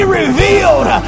revealed